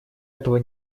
этого